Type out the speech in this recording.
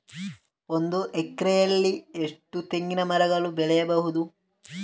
ಒಂದು ಎಕರೆಯಲ್ಲಿ ಎಷ್ಟು ತೆಂಗಿನಮರಗಳು ಬೆಳೆಯಬಹುದು?